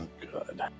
good